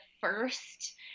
first